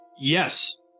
Yes